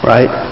Right